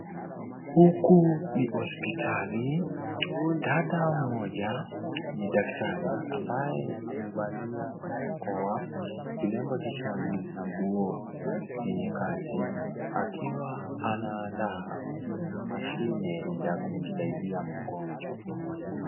Huku ni hospitali. Dada mmoja, ni daktari ambaye amevalia barakoa, kilemba kichwani na nguo yenye kazi. Akiwa anaandaa mashine ya kumsaidia mgonjwa.